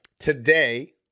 Today